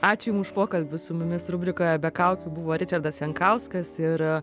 ačiū jum už pokalbį su mumis rubrikoje be kaukių buvo ričardas jankauskas ir